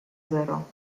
zero